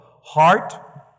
heart